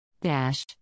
Dash